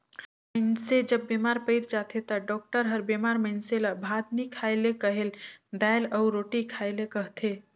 मइनसे जब बेमार पइर जाथे ता डॉक्टर हर बेमार मइनसे ल भात नी खाए ले कहेल, दाएल अउ रोटी खाए ले कहथे